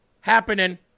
happening